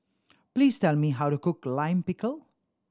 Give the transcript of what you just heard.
please tell me how to cook Lime Pickle